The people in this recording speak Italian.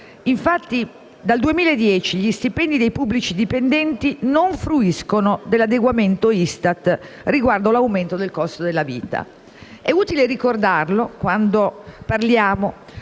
Infatti, dal 2010, gli stipendi dei pubblici dipendenti non fruiscono dell'adeguamento ISTAT riguardo all'aumento del costo della vita. È utile ricordarlo quando parliamo